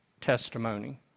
testimony